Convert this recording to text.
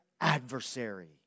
adversary